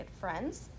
friends